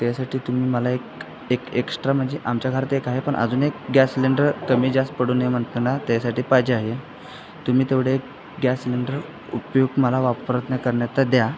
त्यासाठी तुम्ही मला एक एक एक्स्ट्रा म्हणजे आमच्या घरात एक आहे पण अजून एक गॅस सिलेंडर कमी जास्त पडू नये म्हणताना त्यासाठी पाहिजे आहे तुम्ही तेवढा एक गॅस सिलेंडर उपयुक मला वापर न करण्यात द्या